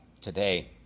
today